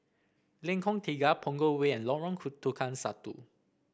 Lengkong Tiga Punggol Way and Lorong Tukang Satu